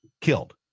killed